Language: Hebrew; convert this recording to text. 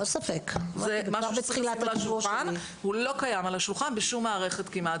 זה משהו שצריך להיות על השולחן והוא לא קיים על השולחן בשום מערכת כמעט.